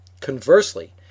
Conversely